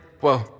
Whoa